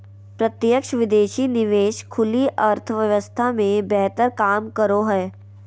प्रत्यक्ष विदेशी निवेश खुली अर्थव्यवस्था मे बेहतर काम करो हय